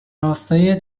راستای